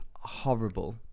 horrible